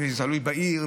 אם זה תלוי בעיר,